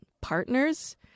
partners